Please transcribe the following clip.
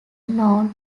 known